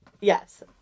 yes